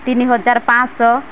ତିନି ହଜାର ପାଞ୍ଚଶହ